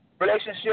relationship